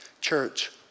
Church